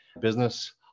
business